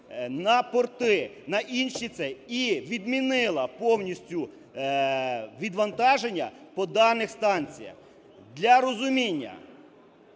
на порти, на інші цей і відмінила повністю відвантаження по даних станціях. Для розуміння.